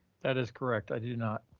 that is correct. i do not.